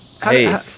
Hey